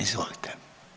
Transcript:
Izvolite.